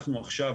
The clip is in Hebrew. אנחנו עכשיו